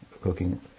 cooking